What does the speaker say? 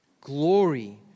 glory